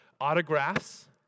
autographs